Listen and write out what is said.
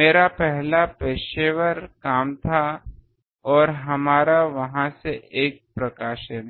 मेरा पहला पेशेवर काम था और हमारा वहां से एक प्रकाशन है